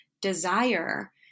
desire